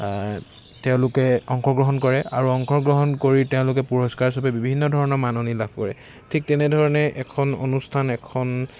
তেওঁলোকে অংশগ্ৰহণ কৰে আৰু অংশগ্ৰহণ কৰি তেওঁলোকে পুৰস্কাৰ হিচাপে বিভিন্ন ধৰণৰ মাননি লাভ কৰে ঠিক তেনেধৰণে এখন অনুষ্ঠান এখন